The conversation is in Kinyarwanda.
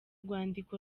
rwandiko